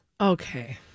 Okay